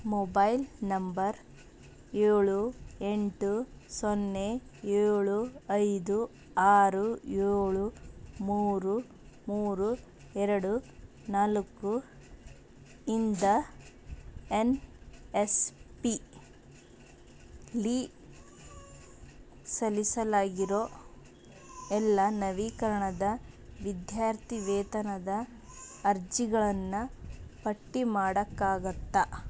mobile number ಏಳು ಎಂಟು ಸೊನ್ನೆ ಏಳು ಐದು ಆರು ಏಳು ಮೂರು ಮೂರು ಎರಡು ನಾಲ್ಕು ಇಂದ ಎನ್ ಎಸ್ ಪಿಲಿ ಸಲ್ಲಿಸಲಾಗಿರೋ ಎಲ್ಲ ನವೀಕರಣದ ವಿದ್ಯಾರ್ಥಿ ವೇತನದ ಅರ್ಜಿಗಳನ್ನು ಪಟ್ಟಿ ಮಾಡೋಕ್ಕಾಗತ್ತಾ